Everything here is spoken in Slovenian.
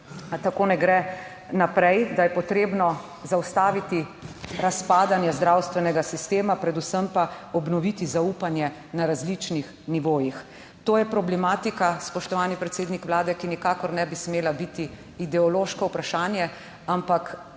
tako ne gre naprej, da je potrebno zaustaviti razpadanje zdravstvenega sistema, predvsem pa obnoviti zaupanje na različnih nivojih. To je problematika, spoštovani predsednik Vlade, ki nikakor ne bi smela biti ideološko vprašanje, ampak